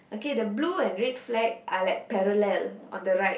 okay the blue and red flag are like parallel on the right